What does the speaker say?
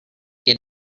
get